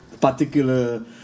particular